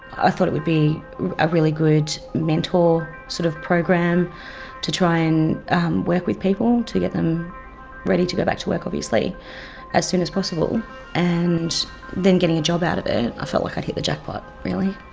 i thought it would be a really good mentor sort of program to try and work with people to get them ready to go back to work obviously as soon as possible and then getting a job out of it. i felt like i'd hit the jackpot, really.